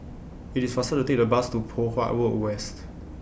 IT IS faster to Take The Bus to Poh Huat Road West